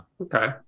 Okay